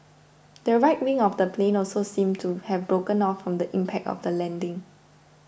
the right wing of the plane also seemed to have broken off from the impact of the landing